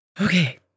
Okay